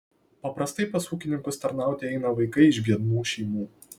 paprastai pas ūkininkus tarnauti eina vaikai iš biednų šeimų